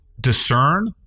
discern